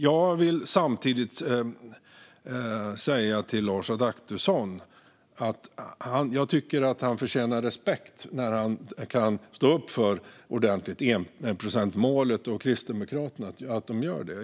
Jag vill samtidigt säga till Lars Adaktusson att jag tycker att han och Kristdemokraterna förtjänar respekt för att de står upp för enprocentsmålet.